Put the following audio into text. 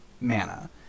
mana